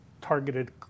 targeted